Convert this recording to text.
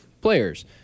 players